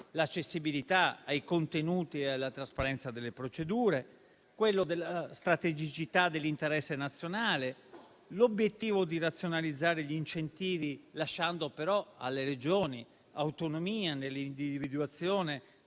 l'accessibilità ai contenuti e alla trasparenza delle procedure, la strategicità dell'interesse nazionale; l'obiettivo di razionalizzare gli incentivi, lasciando però alle Regioni autonomia nell'individuazione